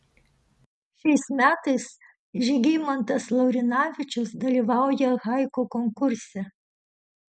šiais metais žygimantas laurinavičius dalyvauja haiku konkurse